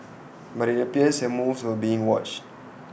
but IT appears her moves were being watched